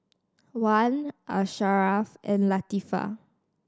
Wan Asharaff and Latifa